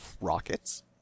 rockets